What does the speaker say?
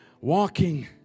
Walking